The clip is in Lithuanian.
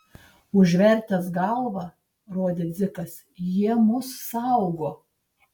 užvertęs galvą rodė dzikas jie mus saugo